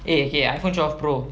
eh okay iphone twelve pro